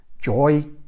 joy